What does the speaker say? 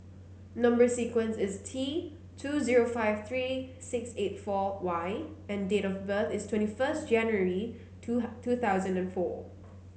number sequence is T two zero five three six eight four Y and date of birth is twenty first January two two thousand and four